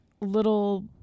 little